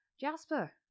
Jasper